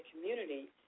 community